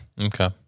Okay